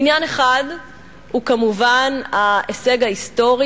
עניין אחד הוא כמובן ההישג ההיסטורי